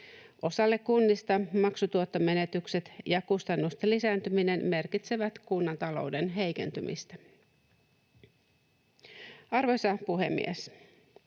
Osalle kunnista maksutuottomenetykset ja kustannusten lisääntyminen merkitsevät kunnan talouden heikentymistä. Arvoisa puhemies!